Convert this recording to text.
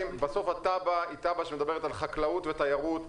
תב"ע שמדברת על חקלאות ותיירות.